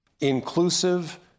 Inclusive